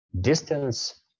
distance